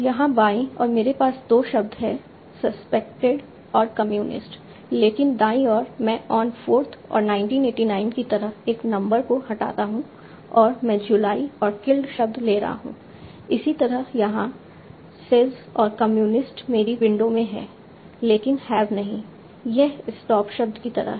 यहाँ बाईं ओर मेरे पास 2 शब्द हैं सस्पेक्टेड और कम्युनिस्ट लेकिन दाईं ओर मैं ऑन 4th और 1989 की तरह एक नंबर को हटाता हूं और मैं जुलाई और किल्ड शब्द ले रहा हूं इसी तरह यहां सेज और कम्युनिस्ट मेरी विंडो में हैं लेकिन हैव नहीं यह स्टॉप शब्द की तरह है